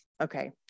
Okay